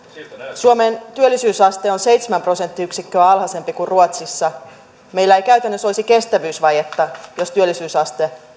suomen työllisyysaste on seitsemän prosenttiyksikköä alhaisempi kuin ruotsissa meillä ei käytännössä olisi kestävyysvajetta jos työllisyysaste